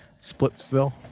Splitsville